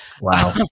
wow